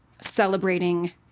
celebrating